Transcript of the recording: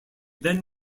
then